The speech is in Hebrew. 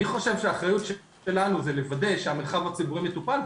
אני חושב שהאחריות שלנו זה לוודא שהמרחב הציבורי מטופל,